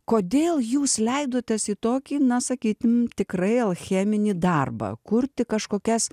kodėl jūs leidotės į tokį na sakykim tikrai alcheminį darbą kurti kažkokias